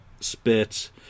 Spit